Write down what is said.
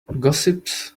gossips